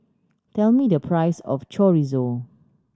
tell me the price of Chorizo